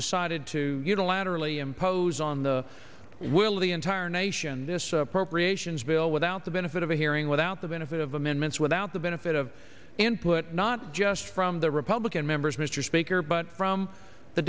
decided to unilaterally impose on the will of the entire nation this appropriations bill without the benefit of a hearing without the benefit of amendments without the benefit of input not just from the republican members mr speaker but from the